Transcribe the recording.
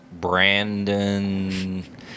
Brandon